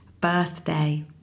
birthday